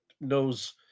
knows